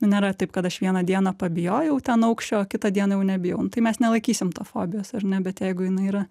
nėra taip kad aš vieną dieną pabijojau ten aukščio o kitą dieną jau nebijau tai mes nelaikysim to fobijos ar ne bet jeigu jinai yra